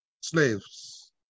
slaves